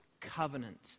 covenant